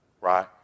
right